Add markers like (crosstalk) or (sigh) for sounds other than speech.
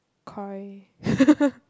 Koi (laughs)